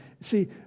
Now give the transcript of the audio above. See